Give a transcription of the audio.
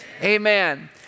Amen